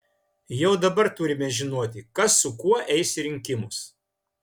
jau dabar turime žinoti kas su kuo eis į rinkimus